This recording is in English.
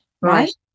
right